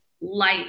life